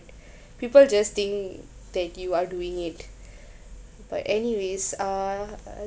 people just think that you are doing it but anyways uh